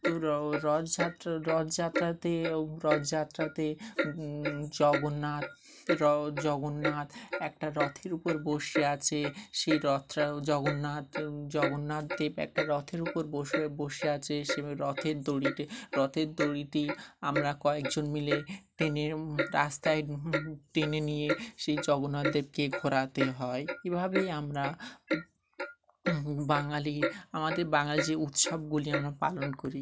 তো র রথযাত্রা রথযাত্রাতে ও রথযাত্রাতে জগন্নাথ র জগন্নাথ একটা রথের উপর বসে আছে সেই রথটা জগন্নাথ জগন্নাথদেব একটা রথের উপর বসে বসে আছে সে এবার রথের দড়িতে রথের দড়িতে আমরা কয়েকজন মিলে টেনে রাস্তায় টেনে নিয়ে সেই জগন্নাথ দেবকে ঘোরাতে হয় এভাবেই আমরা বাঙালি আমাদের বাঙালির যে উৎসবগুলি আমরা পালন করি